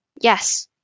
Yes